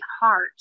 heart